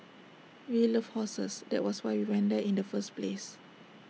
we love horses that was why we went there in the first place